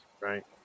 right